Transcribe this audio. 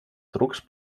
trucs